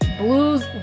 Blues